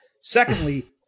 Secondly